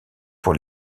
pour